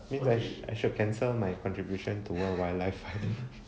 meanwhile I should cancel my contribution to world wildlife